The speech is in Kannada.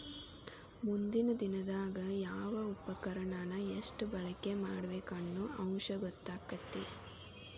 ಮುಂದಿನ ದಿನದಾಗ ಯಾವ ಉಪಕರಣಾನ ಎಷ್ಟ ಬಳಕೆ ಮಾಡಬೇಕ ಅನ್ನು ಅಂಶ ಗೊತ್ತಕ್ಕತಿ